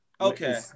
Okay